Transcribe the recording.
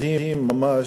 מדהים ממש,